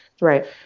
Right